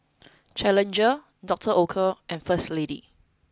challenger Doctor Oetker and First Lady